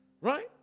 Right